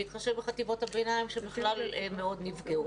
בהתחשב בחטיבות הביניים שבכלל נפגעו,